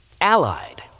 allied